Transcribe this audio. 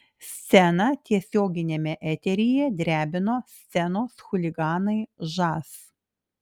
sceną tiesioginiame eteryje drebino scenos chuliganai žas